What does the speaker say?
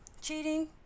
cheating